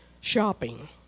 shopping